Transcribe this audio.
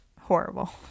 horrible